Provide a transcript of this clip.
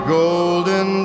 golden